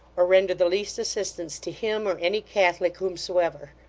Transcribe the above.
or render the least assistance to him, or any catholic whomsoever.